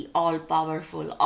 all-powerful